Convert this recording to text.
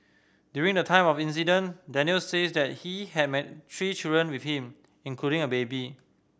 during the time of the incident Daniel says that he had three children with him including a baby